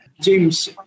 James